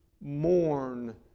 mourn